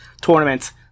tournament